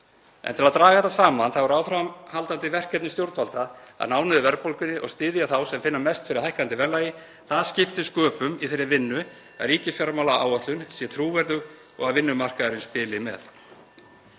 En til að draga þetta saman er áframhaldandi verkefni stjórnvalda að ná niður verðbólgunni og styðja þá sem finna mest fyrir hækkandi verðlagi. Þar skiptir sköpum í þeirri vinnu að ríkisfjármálaáætlun sé trúverðug og að vinnumarkaðurinn spili með.